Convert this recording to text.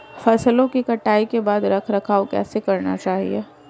फसलों की कटाई के बाद रख रखाव कैसे करना चाहिये?